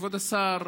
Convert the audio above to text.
כבוד השר,